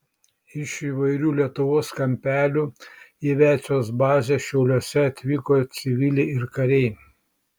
iš įvairių lietuvos kampelių į aviacijos bazę šiauliuose atvyko civiliai ir kariai